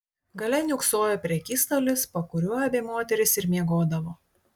gale niūksojo prekystalis po kuriuo abi moterys ir miegodavo